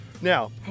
Now